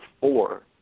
four